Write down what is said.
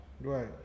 Right